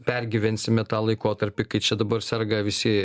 pergyvensime tą laikotarpį kai čia dabar serga visi